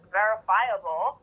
verifiable